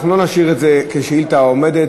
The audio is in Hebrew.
אנחנו לא נשאיר את זה כשאילתה עומדת,